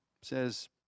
says